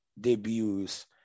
debuts